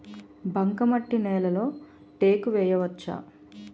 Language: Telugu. బంకమట్టి నేలలో టేకు వేయవచ్చా?